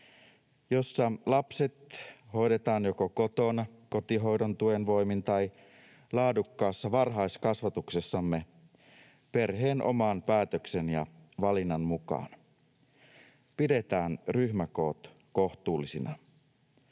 jossa lapset hoidetaan joko kotona kotihoidon tuen voimin tai laadukkaassa varhaiskasvatuksessamme perheen oman päätöksen ja valinnan mukaan. Pidetään ryhmäkoot kohtuullisina.